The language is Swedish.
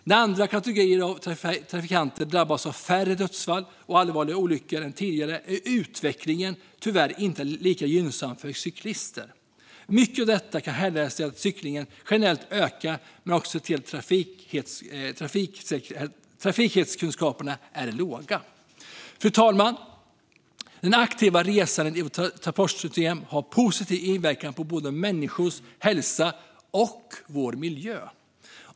När andra kategorier av trafikanter drabbas av färre dödsfall och allvarliga olyckor än tidigare är utvecklingen tyvärr inte lika gynnsam för cyklister. Mycket av detta kan härledas till att cyklingen generellt ökat men också till att trafiksäkerhetskunskaperna är låga. Fru talman! Det aktiva resandet i vårt transportsystem har positiv inverkan på både människors hälsa och vår miljö.